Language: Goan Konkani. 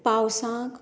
पावसांक